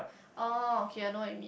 oh okay I know what you mean